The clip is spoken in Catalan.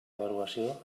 avaluació